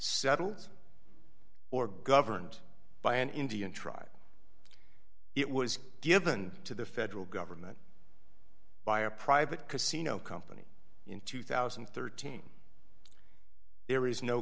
settled or governed by an indian tribe it was given to the federal government by a private casino company in two thousand and thirteen there is no